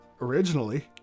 Originally